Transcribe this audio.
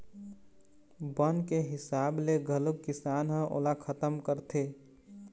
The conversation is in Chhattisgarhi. बन के हिसाब ले घलोक किसान ह ओला खतम करथे